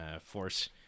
force